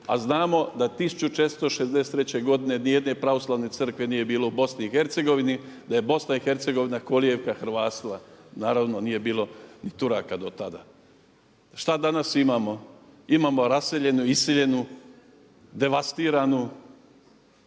a znamo da 1463. nijedne pravoslavne crkve nije bilo u BiH, da je BiH kolijevka hrvatstva, naravno nije bilo ni Turaka do tada. Šta danas imamo? Imamo raseljenu, iseljenu, devastiranu